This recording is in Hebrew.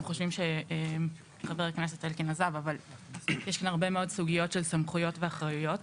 אנחנו חושבים שיש כאן הרבה מאוד סוגיות של סמכויות ואחריות,